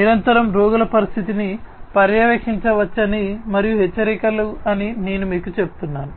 నిరంతరం రోగుల పరిస్థితిని పర్యవేక్షించవచ్చని మరియు హెచ్చరికలు అని నేను మీకు చెప్తున్నాను